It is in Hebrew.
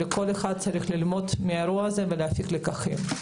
אלא כל אחד צריך ללמוד מן האירוע הזה ולהפיק לקחים.